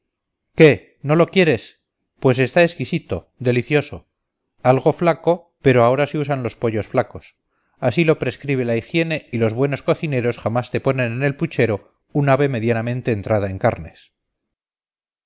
qué no lo quieres pues está exquisito delicioso algo flaco pero ahora se usan los pollos flacos así lo prescribe la higiene y los buenos cocineros jamás te ponen en el puchero un ave medianamente entrada en carnes